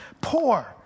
Poor